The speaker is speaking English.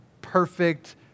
perfect